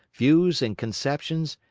views and conceptions,